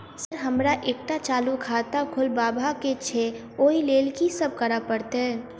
Sir हमरा एकटा चालू खाता खोलबाबह केँ छै ओई लेल की सब करऽ परतै?